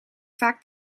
vaak